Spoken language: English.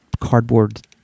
cardboard